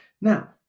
Now